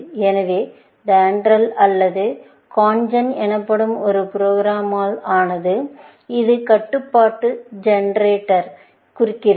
எனவே DENDRAL ஆனது CONGEN எனப்படும் ஒரு ப்ரோக்ராம்ஆல் ஆனது இது கட்டுப்பாட்டு ஜெனரேட்டரைக் குறிக்கிறது